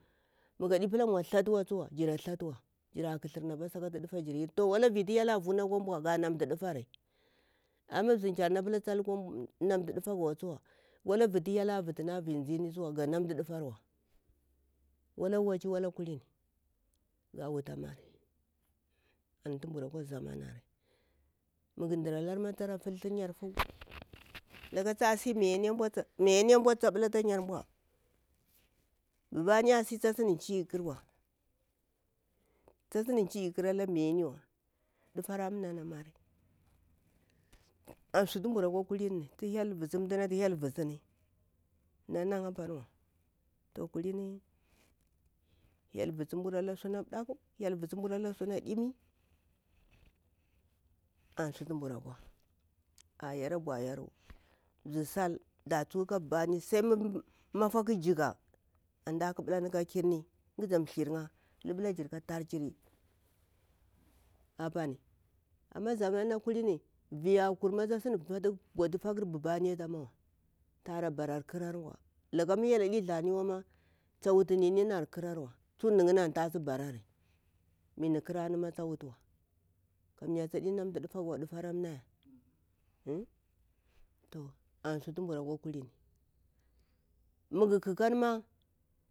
Mugadi thatuwa tada thatuwa jira ƙathurni apa loktu ƙufajir hira, tu hyel a vuni akwa bau, ga nantu dufari zimkyar na pila ta nantu dafagu tsuwa wala virtu hyel a vatuni ata virzini ga nantu ɗafawar wala waci wala kulin ga wuta mani ntu mburu kwa zamanari muga ɗuralari tara fultu yar fu laka tasi mayarni a ɗau ta pila bubani asi tasin chi ƙarwa tasin chiƙar ala miyarniwa dufari a na ni amari ansutu mbura kulini mdafu hyel vasini ta vasina nan na apaniwa to kahin hyel vusu mburu ala suna ɗaku hyel vasu mburu ala suna ɗimi an sutu mburu akwa ayani a bwa varu mzir sal da tsuhu ka bubani sai mu mafa ka jika antu mda ƙabula ka kirni ghaza thi'ya lubula jirka tar jiri apani amma zaman na kahimi via a kura tasin ɓautu fakar bubani atawa tara barar ƙara gwa mu hyel ɗi tharni ma wa tsawutu nini ar ƙarawa tsu nagah ni antu tasi barari mi ni ƙarani ma tsa wutuwa kamya tsadi namtu ɗafagu wa duga naya toh an sutu mbura kwa kachiri maga kakan ma gadi sumawa.